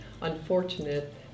unfortunate